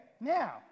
now